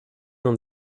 dans